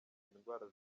indwara